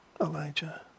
Elijah